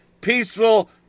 Peaceful